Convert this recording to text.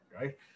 right